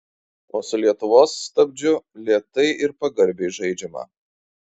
o su lietuvos stabdžiu lėtai ir pagarbiai žaidžiama